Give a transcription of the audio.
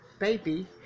baby